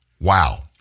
Wow